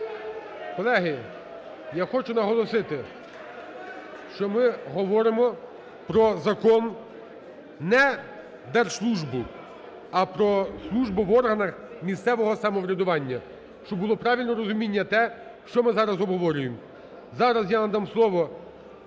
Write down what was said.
Колеги, я хочу наголосити, що ми говоримо про закон не держслужбу, а про службу в органах місцевого самоврядування, щоб було правильне розуміння те, що ми зараз обговорюєм. Зараз я надам слово...